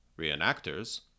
Reenactors